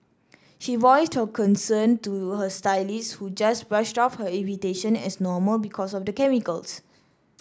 she voiced her concern to her stylist who just brushed off her irritation as normal because of the chemicals